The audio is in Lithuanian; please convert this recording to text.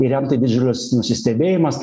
ir jam tai didžiulis nusistebėjimas